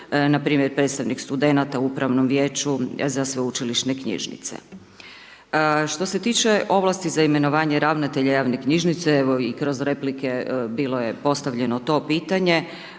npr. predstavnik studenata u Upravnom vijeću za Sveučilišne knjižnice. Što se tiče ovlasti za imenovanje ravnatelja javne knjižnice, evo i kroz replike bilo je postavljeno to pitanje,